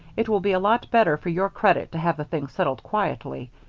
it will be a lot better for your credit to have the thing settled quietly.